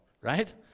right